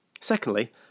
Secondly